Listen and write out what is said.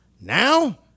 Now